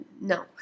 no